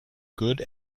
good